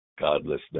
godlessness